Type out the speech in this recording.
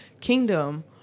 kingdom